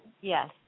yes